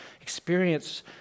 experience